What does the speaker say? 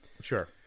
Sure